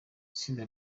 itsinda